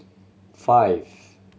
five